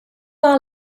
are